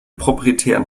proprietären